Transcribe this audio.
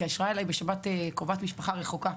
התקשרה אליי בשבת קרובת משפחה רחוקה,